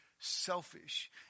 selfish